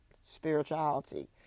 spirituality